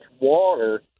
water